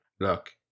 Look